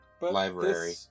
Library